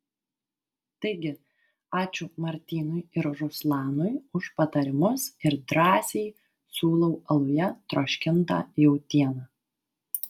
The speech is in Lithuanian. taigi ačiū martynui ir ruslanui už patarimus ir drąsiai siūlau aluje troškintą jautieną